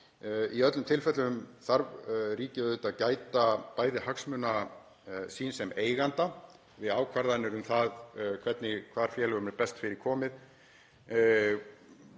Í öllum tilfellum þarf ríkið auðvitað að gæta hagsmuna síns sem eiganda við ákvarðanir um það hvar félögum er best fyrir komið.